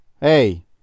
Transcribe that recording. hey